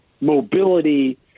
mobility